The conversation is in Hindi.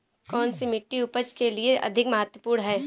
कौन सी मिट्टी उपज के लिए अधिक महत्वपूर्ण है?